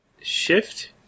Shift